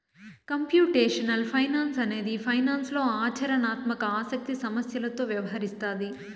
computational finance అనేది ఫైనాన్స్లో ఆచరణాత్మక ఆసక్తి సమస్యలతో వ్యవహరిస్తాది